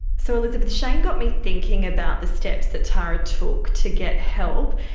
so, elizabeth, shane got me thinking about the steps that tara took to get help.